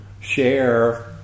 share